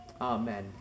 Amen